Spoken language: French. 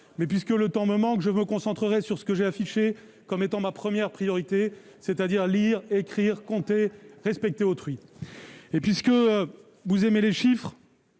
mais puisque le temps me manque, je me concentrerai sur ce que j'ai affiché comme étant, ma première priorité, c'est-à-dire : lire, écrire, compter, respecter autrui et puisque vous aimez les chiffres,